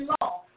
long